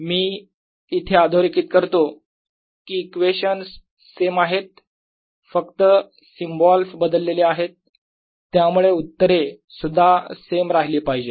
Br04πjr×r rr r3dV Ar14πBr×r rr r3dV मी इथे अधोरेखीत करतो कि इक्वेशन्स सेम आहेत फक्त सिम्बॉल्स बदललेले आहेत त्यामुळे उत्तरे सुद्धा सेम राहिली पाहिजेत